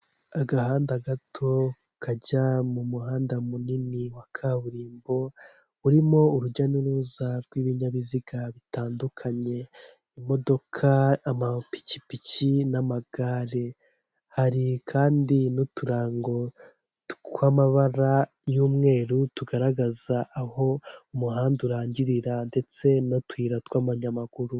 Agahanda gato kajya mu muhanda munini wa kaburimbo, urimo urujya n'uruza rw'ibinyabiziga bitandukanye, imodoka, amapikipiki n'amagare, hari kandi n'uturango tw'amabara y'umweru, tugaragaza aho umuhanda urangirira ndetse n'utuyira tw'abanyamaguru.